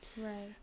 right